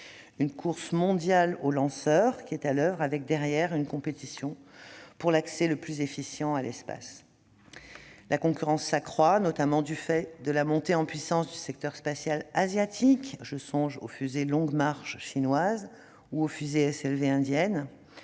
Une course mondiale aux lanceurs est en cours, révélant une compétition pour l'accès le plus efficient à l'espace. La concurrence s'accroît, notamment du fait de la montée en puissance du secteur spatial asiatique ; je songe aux fusées Longue Marche chinoises ou aux fusées SLV indiennes.